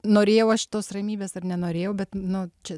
norėjau aš tos ramybės ar nenorėjau bet nu čia